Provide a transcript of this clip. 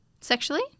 Sexually